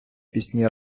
пісні